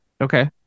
Okay